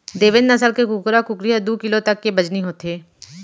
देवेन्द नसल के कुकरा कुकरी ह दू किलो तक के बजनी होथे